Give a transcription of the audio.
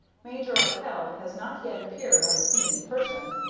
major arkell has not yet appeared on the scene in person,